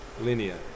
linear